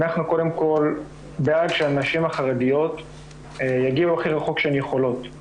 אנחנו קודם כל בעד שהנשים החרדיות יגיעו הכי רחוק שהן יכולות.